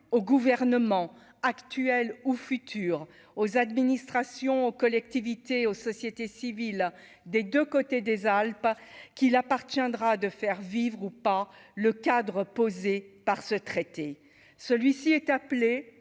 au gouvernement actuel ou futur aux administrations, collectivités aux sociétés civiles des 2 côtés des Alpes à qu'il appartiendra de faire vivre ou pas le cadre posé par ce traité, celui-ci est appelé